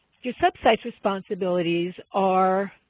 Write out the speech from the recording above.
your sub-site's responsibilities are,